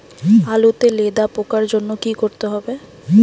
আলুতে লেদা পোকার জন্য কি করতে হবে?